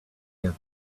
here